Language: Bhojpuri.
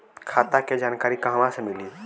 खाता के जानकारी कहवा से मिली?